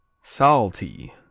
Salty